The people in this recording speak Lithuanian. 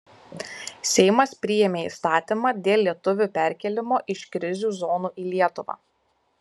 seimas priėmė įstatymą dėl lietuvių perkėlimo iš krizių zonų į lietuvą